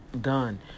done